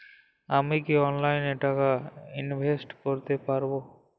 আমি কি অনলাইনে টাকা ইনভেস্ট করতে পারবো?